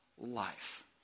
life